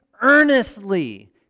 earnestly